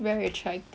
yes